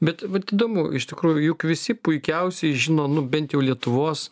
bet vat įdomu iš tikrųjų juk visi puikiausiai žino nu bent jau lietuvos